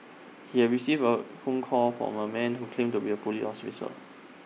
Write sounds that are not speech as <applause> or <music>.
he have received A phone call from A man who claimed to be A Police <unintelligible>